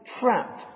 trapped